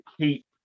keep